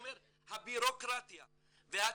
-- הבירוקרטיה והטיפשות,